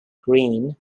greene